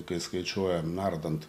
kai skaičiuojam nardant